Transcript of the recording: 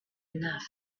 enough